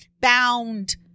bound